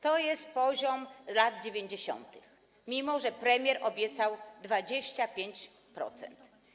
To jest poziom z lat 90., mimo że premier obiecał 25%.